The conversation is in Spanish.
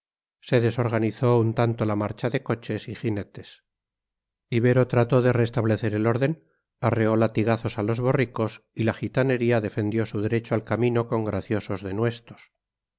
se desorganizó un tanto la marcha de coches y jinetes ibero trató de restablecer el orden arreó latigazos a los borricos y la gitanería defendió su derecho al camino con graciosos denuestos